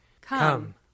Come